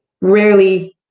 rarely